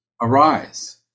arise